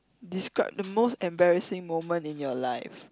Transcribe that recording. describe the most embarrassing moment in your life